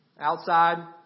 outside